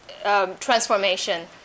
transformation